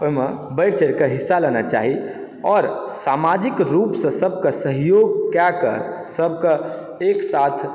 ओहिमे बढ़ि चढ़िकऽ हिस्सा लेना चाही आओर सामाजिक रूपसँ सभकेँ सहयोग कए कऽ सभ कऽ एक साथ